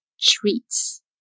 treats